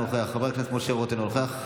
אינו נוכח,